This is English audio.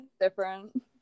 different